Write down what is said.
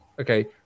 Okay